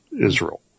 Israel